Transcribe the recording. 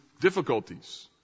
difficulties